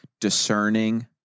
discerning